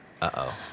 Uh-oh